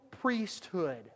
priesthood